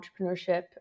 entrepreneurship